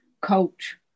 coach